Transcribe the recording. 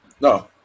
No